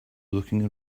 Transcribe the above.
looking